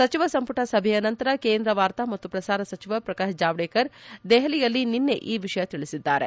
ಸಚಿವ ಸಂಪುಟ ಸಭೆಯ ನಂತರ ಕೇಂದ್ರ ವಾರ್ತಾ ಮತ್ತು ಪ್ರಸಾರ ಸಚಿವ ಪ್ರಕಾಶ್ ಜಾವಡೇಕರ್ ದೆಹಲಿಯಲ್ಲಿ ನಿನ್ನೆ ಈ ವಿಷಯ ತಿಳಿಸಿದ್ದಾರೆ